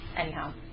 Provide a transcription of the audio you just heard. Anyhow